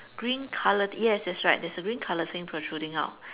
green color yes that's right there's a green color thing protruding out